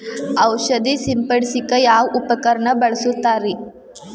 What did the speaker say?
ಔಷಧಿ ಸಿಂಪಡಿಸಕ ಯಾವ ಉಪಕರಣ ಬಳಸುತ್ತಾರಿ?